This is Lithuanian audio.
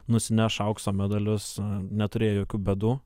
nusineš aukso medalius neturėja jokių bėdų